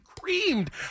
creamed